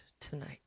tonight